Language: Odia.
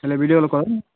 ହେଲେ